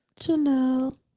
Janelle